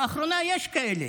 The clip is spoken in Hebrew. לאחרונה יש כאלה.